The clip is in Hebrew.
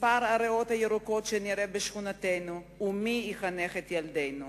מספר הריאות הירוקות שנראה בשכונתנו ומי יחנך את ילדינו.